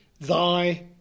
thy